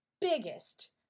biggest